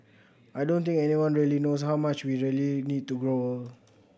I don't think anyone really knows how much we really need to grow old